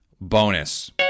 bonus